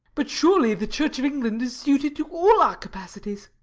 but surely the church of england is suited to all our capacities.